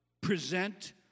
present